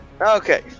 Okay